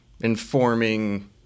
informing